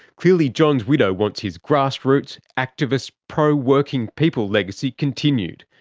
clearly john's widow wants his grassroots, activist, pro working people legacy continued.